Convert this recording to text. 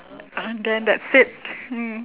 and then that's it mm